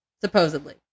supposedly